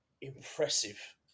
impressive